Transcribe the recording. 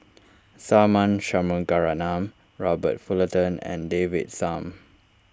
Tharman Shanmugaratnam Robert Fullerton and David Tham